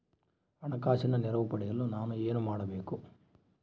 ಹಣಕಾಸಿನ ನೆರವು ಪಡೆಯಲು ನಾನು ಏನು ಮಾಡಬೇಕು?